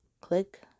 Click